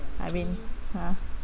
irene ha